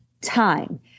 time